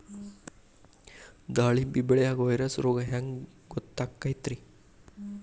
ದಾಳಿಂಬಿ ಬೆಳಿಯಾಗ ವೈರಸ್ ರೋಗ ಹ್ಯಾಂಗ ಗೊತ್ತಾಕ್ಕತ್ರೇ?